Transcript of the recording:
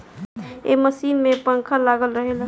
ए machine में पंखा लागल रहेला